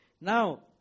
now